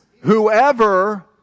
Whoever